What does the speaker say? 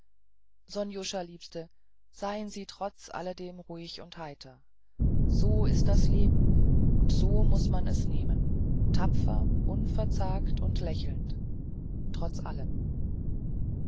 sonjuscha liebste seien sie trotz alledem ruhig und heiter so ist das leben und so muß man es nehmen tapfer unverzagt und lächelnd trotz alledem